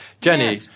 Jenny